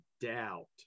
doubt